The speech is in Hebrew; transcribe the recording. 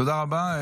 תודה רבה.